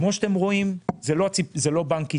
זה לא בנק ישראל,